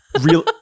real